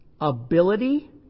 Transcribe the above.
ability